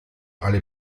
alle